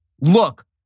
look